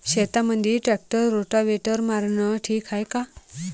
शेतामंदी tractor rotavator मारनं ठीक हाये का?